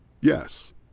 Yes